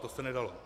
To se nedalo.